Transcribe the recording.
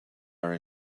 are